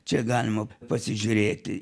čia galima pasižiūrėti